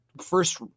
first